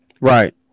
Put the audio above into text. Right